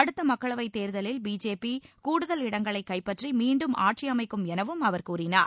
அடுத்த மக்களவைத் தேர்தலில் பிஜேபி கூடுதல் இடங்களை கைப்பற்றி மீண்டும் ஆட்சி அமைக்கும் எனவும் அவர் கூறினார்